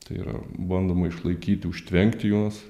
tai yra bandoma išlaikyti užtvenkti juos